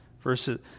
Verses